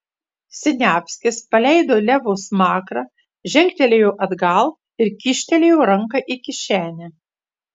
siniavskis paleido levo smakrą žengtelėjo atgal ir kyštelėjo ranką į kišenę